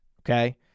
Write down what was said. Okay